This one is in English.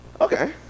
Okay